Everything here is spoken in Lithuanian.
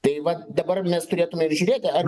tai va dabar mes turėtume ir žiūrėti ar